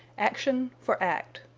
action for act.